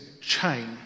chain